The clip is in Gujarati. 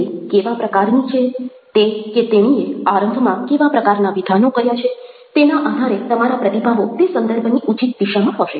હવે તે બીજી વ્યક્તિ કેવા પ્રકારની છે તે કે તેણીએ આરંભમાં કેવા પ્રકારના વિધાનો કર્યા છે તેના આધારે તમારા પ્રતિભાવો તે સંદર્ભની ઉચિત દિશામાં હશે